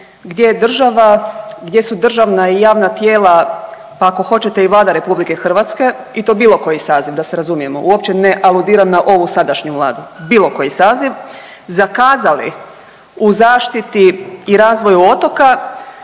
gdje su državna i javna tijela, pa ako hoćete i Vlada RH i to bilo koji saziv da se razumijemo, uopće ne aludiram na ovu sadašnju Vladu, bilo koji saziv, zakazali u zaštiti i razvoju otoka